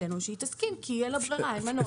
שהיא תסכים כי אין לה ברירה ואין מנוס.